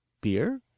beer?